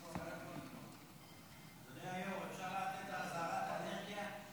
אדוני היו"ר, אפשר לתת אזהרת אלרגיה?